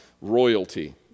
royalty